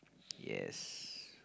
yes